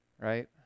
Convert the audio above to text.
Right